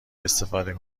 استفاده